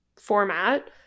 format